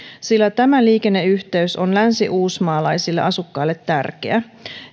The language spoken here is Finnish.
sillä tämä liikenneyhteys on länsiuusmaalaisille asukkaille tärkeä